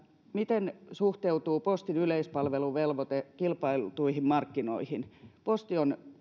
miten suhteutuu postin yleispalveluvelvoite kilpailtuihin markkinoihin posti on